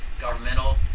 governmental